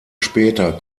später